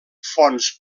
fonts